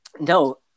no